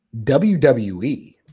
WWE